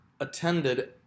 attended